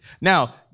Now